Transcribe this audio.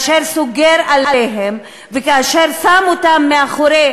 אשר סוגר עליהם ואשר שם אותם מאחורי